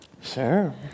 Sure